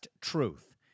Truth